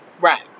Right